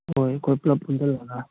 ꯍꯣꯏ ꯑꯩꯈꯣꯏ ꯄꯨꯂꯞ ꯄꯨꯟꯖꯤꯜꯂꯒ